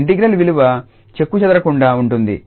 integral విలువ చెక్కుచెదరకుండా ఉంటుంది